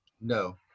No